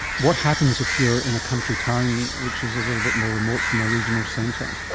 what happens if you're in a country town which is a little bit more remote from a regional centre?